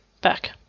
back